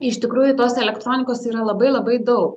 iš tikrųjų tos elektronikos yra labai labai daug